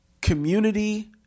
community